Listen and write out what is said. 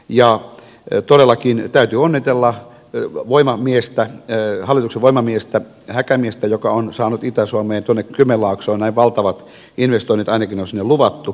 ja todellakin täytyy onnitella hallituksen voimamiestä häkämiestä joka on saanut itä suomeen tuonne kymenlaaksoon näin valtavat investoinnit ainakin ne on sinne luvattu